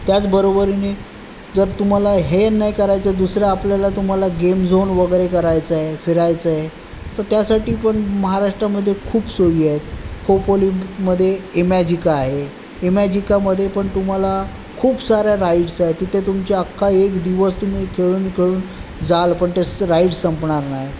त्याचबरोबरीने जर तुम्हाला हे नाही करायचं दुसरं आपल्याला तुम्हाला गेम झोन वगैरे करायचं आहे फिरायचं आहे तर त्यासाठी पण महाराष्ट्रामध्ये खूप सोयी आहेत खोपोलीमध्ये एमॅजिका आहे एमॅजिकामध्ये पण तुम्हाला खूप साऱ्या राईड्स आहेत तिथे तुमच्या अख्खा एक दिवस तुम्ही खेळून खेळून जाल पण ते स राईड्स संपणार नाही